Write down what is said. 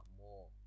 more